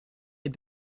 had